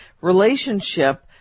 relationship